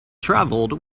travelled